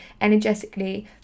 Energetically